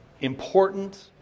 important